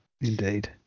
indeed